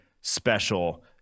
special